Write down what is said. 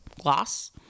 gloss